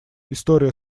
история